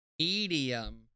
Medium